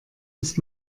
ist